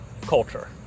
culture